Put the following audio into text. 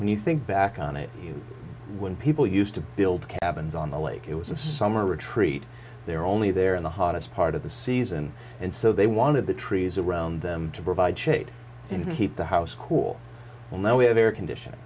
when you think back on it when people used to build cabins on the lake it was a summer retreat they were only there in the hottest part of the season and so they wanted the trees around them to provide shade and keep the house cool and now we have air conditioning